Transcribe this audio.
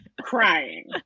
crying